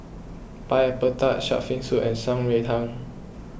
Pineapple Tart Shark's Fin Soup and Shan Rui Tang